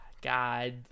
God